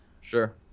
Sure